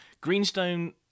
Greenstone